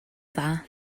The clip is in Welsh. dda